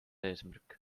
eesmärk